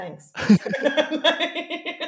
thanks